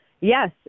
Yes